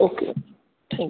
okay thank you